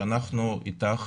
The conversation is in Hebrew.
שאנחנו איתך